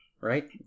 right